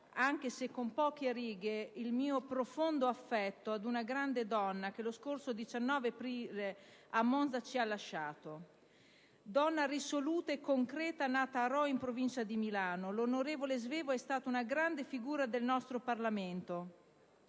anche se con poche parole, il mio profondo affetto ad una grande donna che lo scorso 19 aprile, a Monza, ci ha lasciato. Donna risoluta e concreta, nata a Rho, in provincia di Milano, l'onorevole Svevo è stata una grande figura del nostro Parlamento,